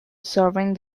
serving